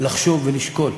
לחשוב ולשקול,